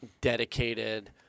dedicated